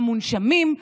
המונשמים,